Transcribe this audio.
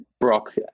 Brock